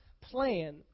plan